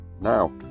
Now